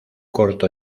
corto